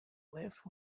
left